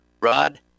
Rod